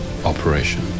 operation